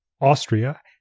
Austria